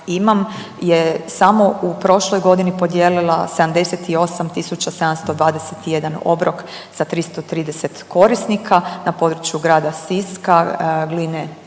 je samo u prošloj godini podijelila 78721 obrok za 330 korisnika na području grada Siska, Gline